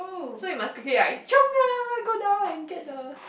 so it must quickly like chiong ah go down and get the